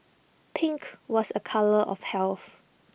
pink was A colour of health